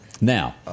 Now